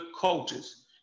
cultures